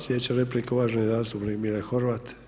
Sljedeća replika, uvaženi zastupnik Mile Horvat.